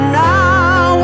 now